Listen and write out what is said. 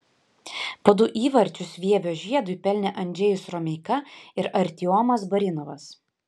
po du įvarčius vievio žiedui pelnė andžejus romeika ir artiomas barinovas